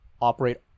operate